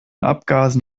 abgasen